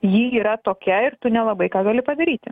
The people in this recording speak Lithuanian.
ji yra tokia ir tu nelabai ką gali padaryti